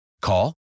Call